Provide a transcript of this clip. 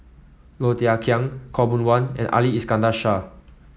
Low Thia Khiang Khaw Boon Wan and Ali Iskandar Shah